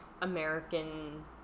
American